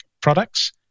products